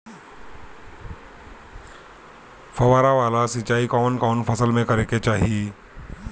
फुहारा वाला सिंचाई कवन कवन फसल में करके चाही?